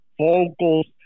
vocals